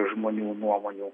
žmonių nuomonių